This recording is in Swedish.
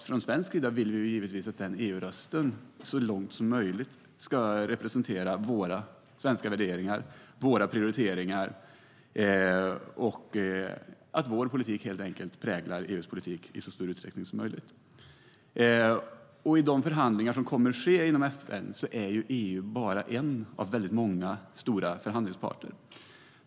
Från svensk sida vill vi givetvis att EU-rösten så långt som möjligt ska representera våra svenska värderingar och prioriteringar och att vår politik präglar EU:s politik i så stor utsträckning som möjligt. I de förhandlingar som kommer att ske inom FN är EU bara en av många stora förhandlingsparter.